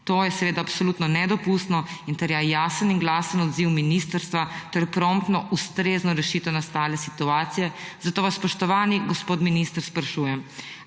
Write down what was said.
To je seveda absolutno nedopustno in terja jasen in glasen odziv ministrstva ter promptno ustrezno rešitev nastale situacije. Zato vas, spoštovani gospod minister, sprašujem: